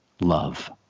love